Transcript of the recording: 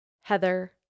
Heather